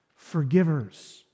forgivers